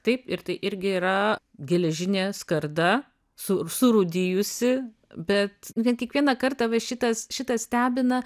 taip ir tai irgi yra geležinė skarda su surūdijusi bet ten kiekvieną kartą va šitas šitas stebina